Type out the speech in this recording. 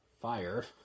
fire